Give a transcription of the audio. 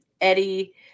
Eddie